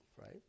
right